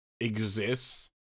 exists